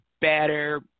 better